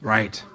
Right